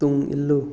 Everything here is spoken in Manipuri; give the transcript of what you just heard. ꯇꯨꯡ ꯏꯜꯂꯨ